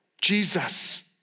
Jesus